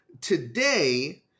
today